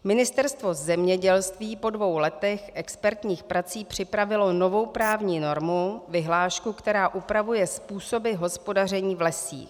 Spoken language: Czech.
Ministerstvo zemědělství po dvou letech expertních prací připravilo novou právní normu, vyhlášku, která upravuje způsoby hospodaření v lesích.